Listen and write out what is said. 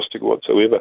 whatsoever